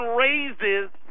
raises